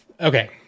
Okay